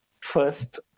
first